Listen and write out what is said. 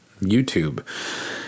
YouTube